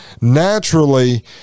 naturally